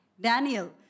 Daniel